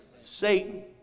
Satan